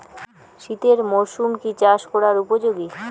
শীতের মরসুম কি চাষ করিবার উপযোগী?